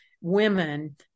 women